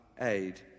aid